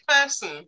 person